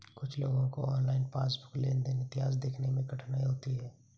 कुछ लोगों को ऑनलाइन पासबुक लेनदेन इतिहास देखने में कठिनाई होती हैं